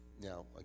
Now